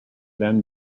then